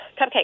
Cupcake